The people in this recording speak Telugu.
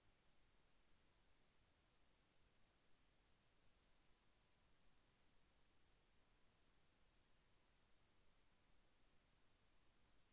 డిపాజిట్ మరియు పెట్టుబడి మధ్య తేడా ఏమిటి?